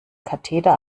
katheter